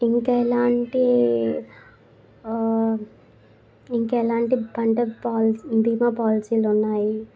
ఇంకా ఎలాంటి ఇంకా ఎలాంటి పంట పాల బీమా పాలసీలున్నాయి